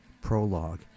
prologue